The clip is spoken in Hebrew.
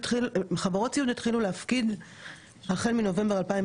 כי חברות סיעוד התחילו להפקיד החל מנובמבר 2016,